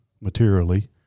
materially